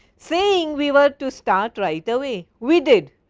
saying we were to start right away. we did,